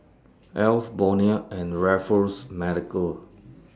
Alf Bonia and Raffles Medical